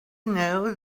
knows